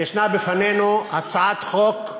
יש בפנינו הצעת חוק,